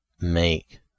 make